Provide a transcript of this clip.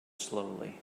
slowly